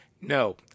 No